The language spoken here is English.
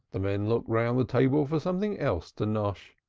the men looked round the table for something else to nash,